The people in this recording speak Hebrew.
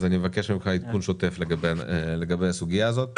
אז אני מבקש ממך עדכון שוטף לגבי הסוגיה הזאת.